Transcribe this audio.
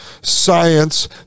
science